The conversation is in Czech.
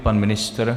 Pan ministr?